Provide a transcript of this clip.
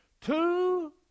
Two